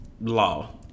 law